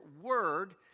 word